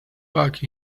back